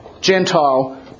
Gentile